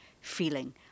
feeling